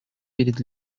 перед